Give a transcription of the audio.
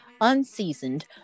unseasoned